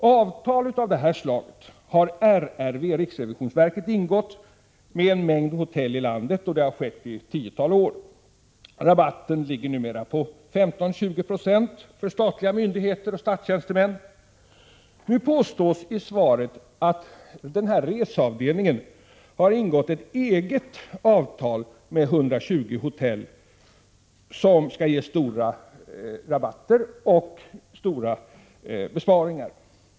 Avtal av detta slag har RRV ingått med en mängd hotell i landet, och det har man gjort under ett tiotal år. Rabatten ligger numera på 15-20 96 för statliga myndigheter och statstjänstemän. Nu påstås i svaret att den här reseavdelningen har ingått ett eget avtal med 120 hotell, som skall ge stora rabatter, något som medför omfattande besparingar.